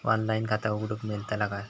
Online खाता उघडूक मेलतला काय?